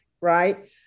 right